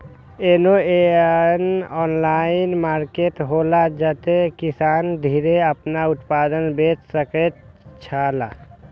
कोनो एहन online market हौला जते किसान सीधे आपन उत्पाद बेच सकेत छला?